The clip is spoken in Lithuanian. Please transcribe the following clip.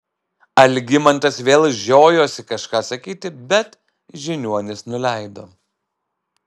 algimantas vėl žiojosi kažką sakyti bet žiniuonis neleido